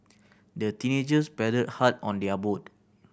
the teenagers paddled hard on their boat